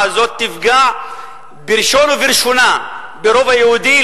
הזאת תפגע בראש ובראשונה ברוב היהודי,